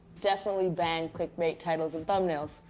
definitely ban clickbait, titles, and thumbnails.